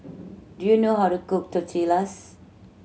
do you know how to cook Tortillas